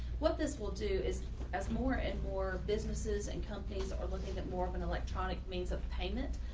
what this will do is as more and more businesses and companies are looking at more of an electronic means of payment,